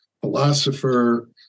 philosopher